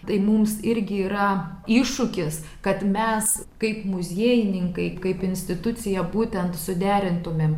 tai mums irgi yra iššūkis kad mes kaip muziejininkai kaip institucija būtent suderintumėm